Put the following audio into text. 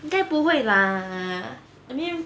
应该不会 lah I mean